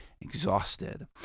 exhausted